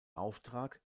auftrag